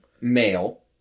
male